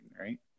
right